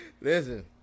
Listen